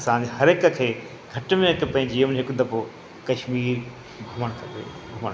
असांखे हर हिकु खे घटि में घटि ॿई जीवन में हिकु दफ़ो कश्मीर घुमणु खपे घुमणु खपे